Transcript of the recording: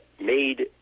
made